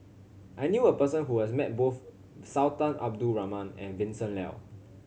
I knew a person who has met both Sultan Abdul Rahman and Vincent Leow